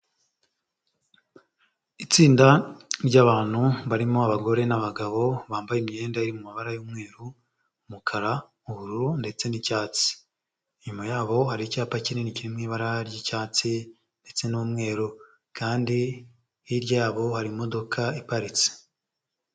Itsinda ry'abantu barimo abagore n'abagabo bambaye imyenda iri mu mabara y'umweru, umukara, ubururu ndetse n'icyatsi. Inyuma yabo hari icyapa kinini kiri mu ibara ry'icyatsi, ndetse n'umweru, kandi hirya yabo harimo imodoka iparitse.